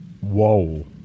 Whoa